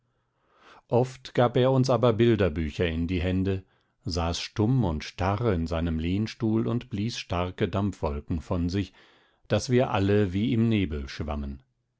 oft gab er uns aber bilderbücher in die hände saß stumm und starr in seinem lehnstuhl und blies starke dampfwolken von sich daß wir alle wie im nebel schwammen